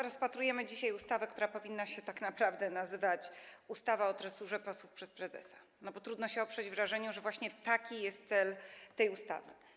Rozpatrujemy dzisiaj ustawę, która powinna tak naprawdę nazywać się ustawą o tresurze posłów przez prezesa, bo trudno oprzeć się wrażeniu, że właśnie taki jest cel tej ustawy.